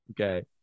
Okay